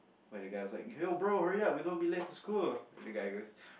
where that guy was like yo bro hurry up we're gonna be late for school and the guy goes